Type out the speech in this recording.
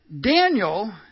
Daniel